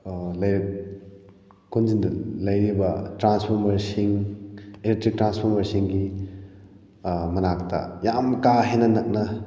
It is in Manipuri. ꯂꯩꯔꯛ ꯀꯣꯟꯖꯤꯟꯗ ꯂꯩꯔꯤꯕ ꯇ꯭ꯔꯥꯟꯁꯐꯣꯔꯃꯔꯁꯤꯡ ꯏꯂꯦꯛꯇ꯭ꯔꯤꯛ ꯇ꯭ꯔꯥꯟꯁꯐꯣꯔꯃꯔꯁꯤꯡꯒꯤ ꯃꯅꯥꯛꯇ ꯌꯥꯝ ꯀꯥꯍꯦꯟꯅ ꯅꯛꯅ